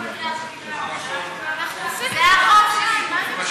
זה החוק שלי.